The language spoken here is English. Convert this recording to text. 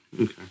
Okay